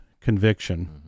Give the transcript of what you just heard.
conviction